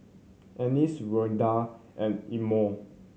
Anice Randel and Elmore